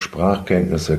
sprachkenntnisse